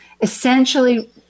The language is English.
essentially